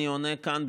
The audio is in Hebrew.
אני עונה כאן,